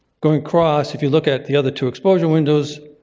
going across, if you look at the other two exposure windows,